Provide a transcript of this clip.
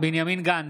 בנימין גנץ,